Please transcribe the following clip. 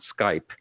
Skype